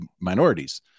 minorities